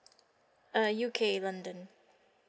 uh U_K london